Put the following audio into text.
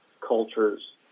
cultures